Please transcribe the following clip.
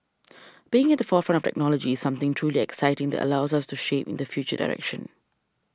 being at the forefront of technology something truly exciting that allows us to shape in the future direction